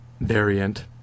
variant